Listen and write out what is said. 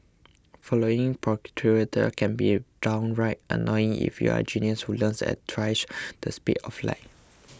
following procedures can be downright annoying if you're a genius who learns at twice the speed of light